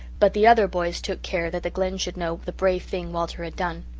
but the other boys took care that the glen should know the brave thing walter had done.